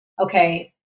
okay